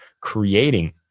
creating